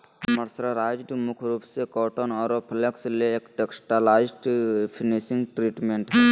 mercerised मुख्य रूप से कॉटन आरो फ्लेक्स ले एक टेक्सटाइल्स फिनिशिंग ट्रीटमेंट हई